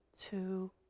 two